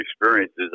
experiences